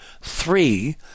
three